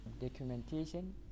documentation